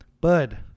Bud